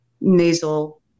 nasal